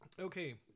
Okay